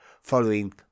following